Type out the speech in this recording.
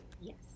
Yes